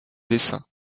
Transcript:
dessins